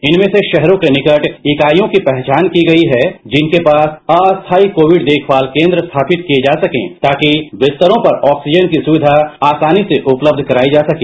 इनमें से शहरों के निकट इकाइयों की पहचान की गई है जिनके पास अस्थायी कोविड देखनाल केंद्र स्थापित किए जा सकें ताकि बिस्तरों पर ऑक्सीजन की सुक्विा आसानी से उपलब्ध कराई जा सके